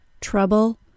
trouble